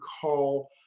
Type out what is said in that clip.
call